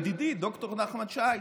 ידידי ד"ר נחמן שי,